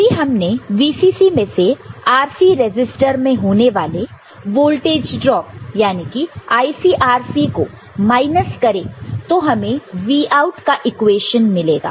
यदि हमने VCC में से RC रेसिस्टर में होने वाले वोल्टेज ड्रॉप याने की ICRC को माइनस करें तो हमें Vout का इक्वेशन मिलेगा